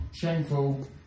shameful